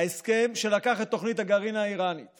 ההסכם שלקח את תוכנית הגרעין האיראנית